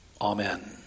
Amen